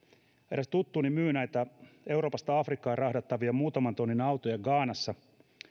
eräs tuttuni myy näitä euroopasta afrikkaan rahdattavia muutaman tonnin autoja ghanassa